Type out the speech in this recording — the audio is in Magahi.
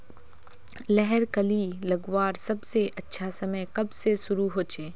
लहर कली लगवार सबसे अच्छा समय कब से शुरू होचए?